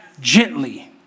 gently